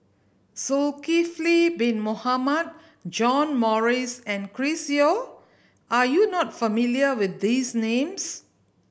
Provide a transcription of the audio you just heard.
Zulkifli Bin Mohamed John Morrice and Chris Yeo are you not familiar with these names